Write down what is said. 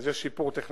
יש שיפור טכנולוגי.